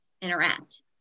interact